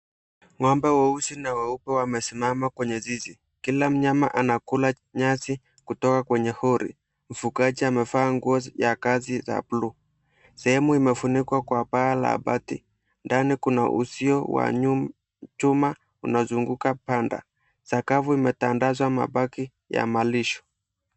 Ng'ombe weusi na weupe wamesimama kwenye zizi. Kila mnyama anakula nyasi kutoka kwenye hori. Mfugaji amevaa nguo ya kazi za buluu. Sehemu imefunikwa kwa paa la pati. Ndani kuna uzio wa chuma unaozunguka panda. Sakafu imetandazwa mabaki ya malisho.